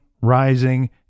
rising